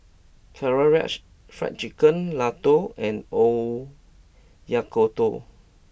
Karaage Fried Chicken Ladoo and Oyakodon